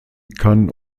kann